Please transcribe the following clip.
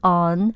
on